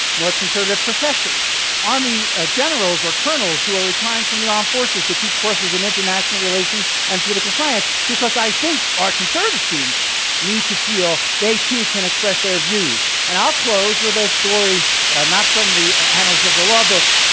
more conservative professors. army ah generals or colonels who are retiring from the armed forces to teach courses in international relations and political science, because i think our conservative students need to feel they too can express their views. and i'll close with a story not from the annals of the law books,